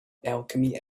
alchemy